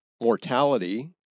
mortality